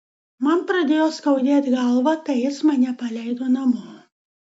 man pradėjo skaudėt galvą tai jis mane paleido namo